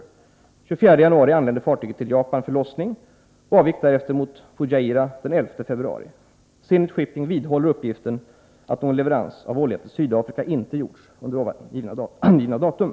Den 24 januari anlände fartyget till Japan för lossning och avgick därefter mot Fujairah den 11 februari. Zenit Shipping vidhåller uppgiften att någon leverans av olja till Sydafrika inte gjorts under den angivna perioden.